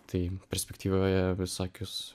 tai perspektyvoje visokius